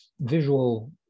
visual